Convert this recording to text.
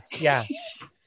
yes